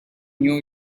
new